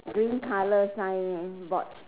green color signboard